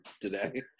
today